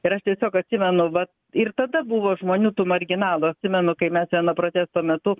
ir aš tiesiog atsimenu vat ir tada buvo žmonių tų marginalų atsimenu kai mes ten protesto metu